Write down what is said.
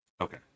Okay